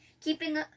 keeping